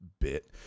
bit